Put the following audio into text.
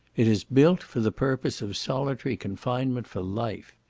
it is built for the purpose of solitary confinement for life.